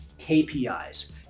kpis